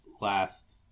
last